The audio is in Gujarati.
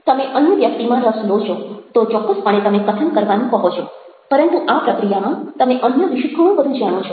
તમે અન્ય વ્યક્તિમાં રસ લો છો તો ચોક્કસપણે તમે કથન કરવાનું કહો છો પરંતુ આ પ્રક્રિયામાં તમે અન્ય વિશે ઘણું બધું જાણો છો